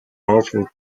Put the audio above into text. offer